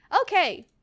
Okay